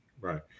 Right